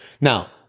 Now